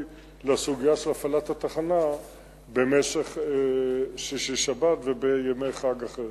לסוגיה של הפעלת התחנה במשך שישי-שבת ובימי חג אחרים.